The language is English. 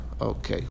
Okay